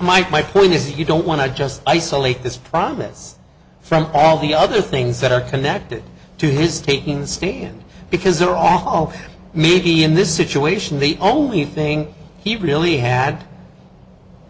might my point is you don't want to just isolate this promise from all the other things that are connected to his taking the stand because there are maybe in this situation the only thing he really had